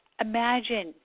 imagine